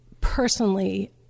personally